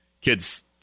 kids